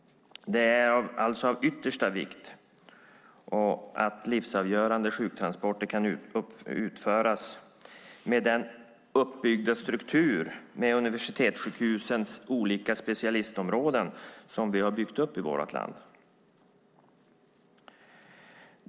Det är av yttersta vikt att livsavgörande sjuktransporter kan utföras inom den struktur med universitetssjukhusens olika specialistområden som vi har byggt upp i vårt land.